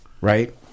Right